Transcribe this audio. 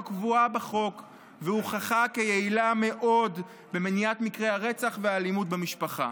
קבועה בחוק והוכחה כיעילה מאוד במניעת מקרי הרצח והאלימות במשפחה.